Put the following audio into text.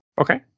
Okay